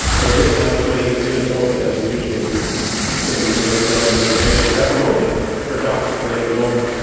but we don't have as many units open as we usually do simply because we don't have as many patients at the moment paradoxically, at the moment.